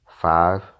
Five